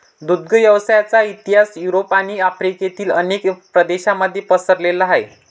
दुग्ध व्यवसायाचा इतिहास युरोप आणि आफ्रिकेतील अनेक प्रदेशांमध्ये पसरलेला आहे